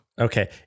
Okay